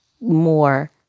more